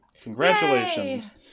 Congratulations